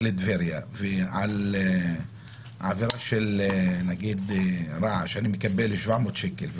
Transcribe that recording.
על עבירה של רעש מקבלים 700 שקל,